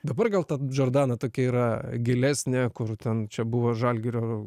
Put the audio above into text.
dabar gal džordana tokia yra gilesnė kur ten čia buvo žalgirio